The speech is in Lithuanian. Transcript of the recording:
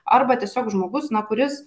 arba tiesiog žmogus na kuris